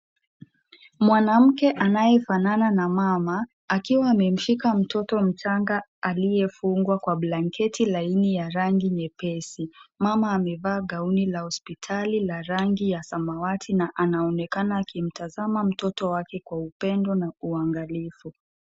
Mwanamke anayefanana na mama akiwa amemdhika mtoro mchang aliyefungwa kwa blanketi laini yabrangi nyepesi, mama amevaa gauni la hospitali la rangi ya samawati na anaonekana akimtazama mtoto wake kwa upendo na uangalifu.